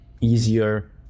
easier